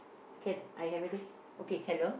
can are you ready okay